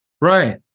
Right